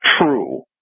true